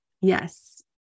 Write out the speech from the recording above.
Yes